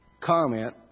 comment